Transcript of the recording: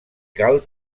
cal